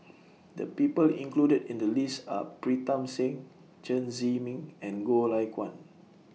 The People included in The list Are Pritam Singh Chen Zhiming and Goh Lay Kuan